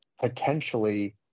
potentially